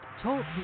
Talk